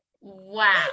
Wow